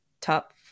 top